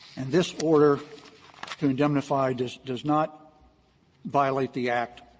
and this order to indemnify does does not violate the act.